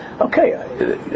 Okay